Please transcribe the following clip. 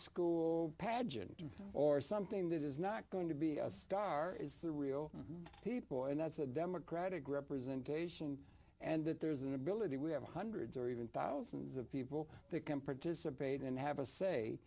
school pageant or something that is not going to be a star is the real people and that's a democratic representation and that there's an ability we have hundreds or even thousands of people become participate and have a say